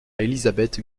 élisabeth